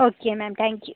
okay ma'am thank you